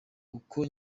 uko